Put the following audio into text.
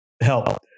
help